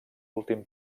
últim